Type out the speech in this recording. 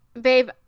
Babe